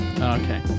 okay